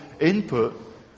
input